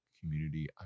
Community